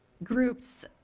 groups